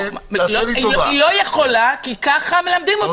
היא לא יכולה כי ככה מלמדים אותם שם,